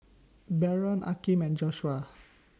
Baron Akeem and Joshua